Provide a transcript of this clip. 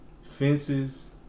fences